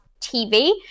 TV